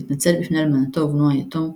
להתנצל בפני אלמנתו ובנו היתום,